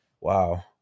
Wow